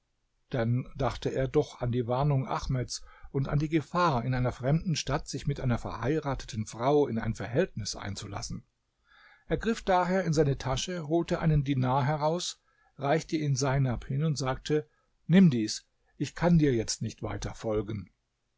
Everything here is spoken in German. dann dachte er doch an die warnung ahmeds und an die gefahr in einer fremden stadt sich mit einer verheirateten frau in ein verhältnis einzulassen er griff daher in seine tasche holte einen dinar heraus reichte ihn seinab hin und sagte nimm dies ich kann dir jetzt nicht weiter folgen